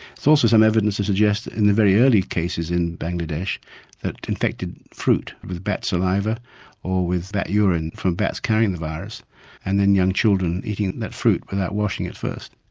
so also some evidence to suggest that in the very early cases in bangladesh of infected fruit with bat saliva or with bat urine from bats carrying the virus and then young children eating that fruit without washing it first.